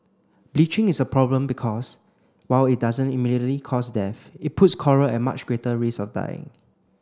bleaching is a problem because while it doesn't immediately cause death it puts coral at much greater risk of dying